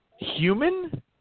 human